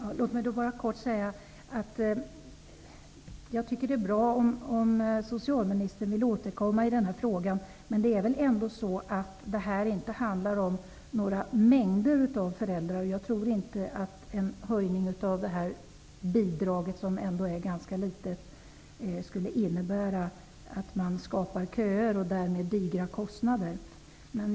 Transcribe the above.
Herr talman! Jag tycker att det är bra om socialministern vill återkomma i denna fråga. Det handlar inte om några mängder av föräldrar. Jag tror inte att en höjning av detta bidrag, som ändå är ganska litet, skulle innebära att man skapar köer och därmed digra kostnader.